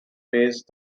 praised